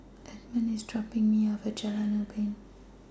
Edmond IS dropping Me off At Jalan Ubin